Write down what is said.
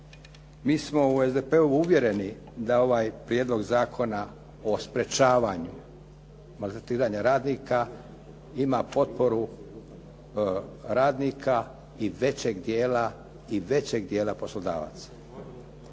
Mi smo u SDP-u uvjereni da ovaj prijedlog zakona o sprječavanju maltretiranja radnika ima potporu radnika i većeg dijela poslodavaca.